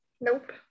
Nope